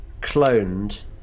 cloned